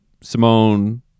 Simone